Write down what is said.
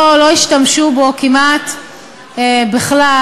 לא השתמשו בו כמעט בכלל,